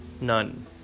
none